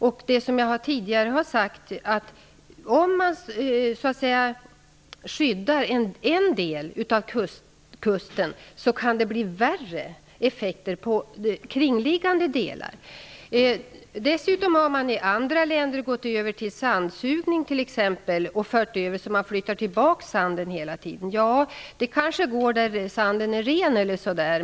Det kan t.o.m. vara så att om man skyddar en del av kusten kan det bli värre effekter på kringliggande delar. I andra länder har man gått över till sandsugning, och man flyttar tillbaka sanden hela tiden. Det kanske går där sanden är ren.